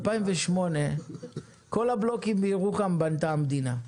כל הבלוקים בירוחם בנתה המדינה.